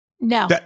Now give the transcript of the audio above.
No